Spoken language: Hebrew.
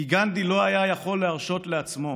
כי גנדי לא היה יכול להרשות לעצמו,